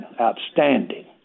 outstanding